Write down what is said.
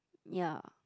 ya